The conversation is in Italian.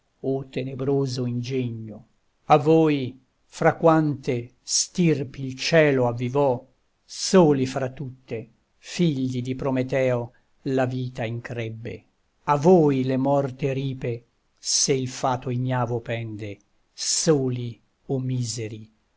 o tenebroso ingegno a voi fra quante stirpi il cielo avvivò soli fra tutte figli di prometeo la vita increbbe a voi le morte ripe se il fato ignavo pende soli o miseri